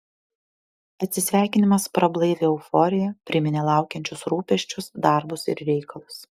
atsisveikinimas prablaivė euforiją priminė laukiančius rūpesčius darbus ir reikalus